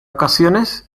ocasiones